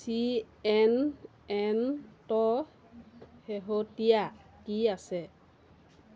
C N N ত শেহতীয়া কি আছে